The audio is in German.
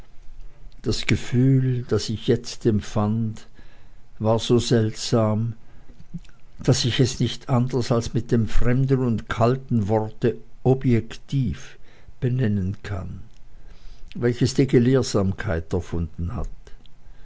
das gefühl das ich jetzt empfand war so seltsam daß ich es nicht anders als mit dem fremden und kalten worte objektiv benennen kann welches die gelehrsamkeit erfunden hat